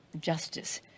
justice